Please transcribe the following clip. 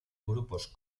grupos